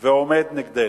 ועומד נגדנו.